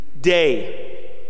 day